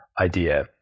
idea